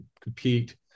compete